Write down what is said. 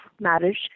marriage